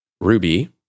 Ruby